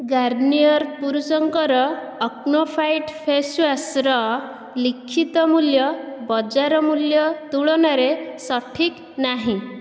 Garnier ପୁରୁଷଙ୍କର acne fight face ୱାଶ୍ର ଲିଖିତ ମୂଲ୍ୟ ବଜାର ମୂଲ୍ୟ ତୁଳନାରେ ସଠିକ୍ ନାହିଁ